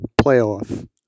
playoff